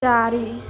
चारि